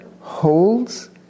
holds